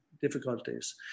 difficulties